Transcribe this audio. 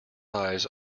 eyes